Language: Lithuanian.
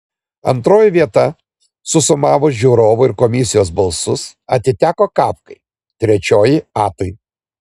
antroji vieta susumavus žiūrovų ir komisijos balsus atiteko kafkai trečioji atui